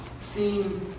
seeing